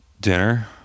Dinner